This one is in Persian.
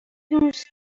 دوست